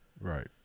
Right